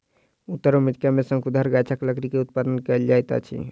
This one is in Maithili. उत्तर अमेरिका में शंकुधर गाछक लकड़ी के उत्पादन कायल जाइत अछि